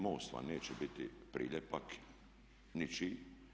MOST vam neće biti priljepak ničiji.